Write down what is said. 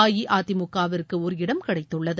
அஇஅதிமுகவிற்கு ஒரு இடம் கிடைத்துள்ளது